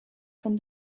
from